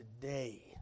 today